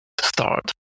start